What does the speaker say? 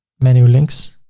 menu links.